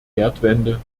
kehrtwende